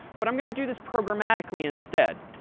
but i'm going to do this programmatically instead.